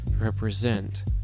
represent